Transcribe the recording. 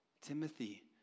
Timothy